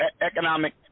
economic